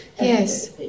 Yes